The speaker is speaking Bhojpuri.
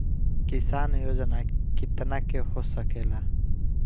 किसान योजना कितना के हो सकेला?